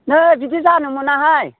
नै बिदि जानो मोनाहाय